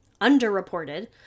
underreported